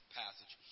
passage